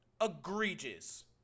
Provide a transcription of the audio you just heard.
Egregious